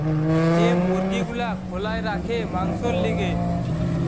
যে মুরগি গুলা খোলায় রাখে মাংসোর লিগে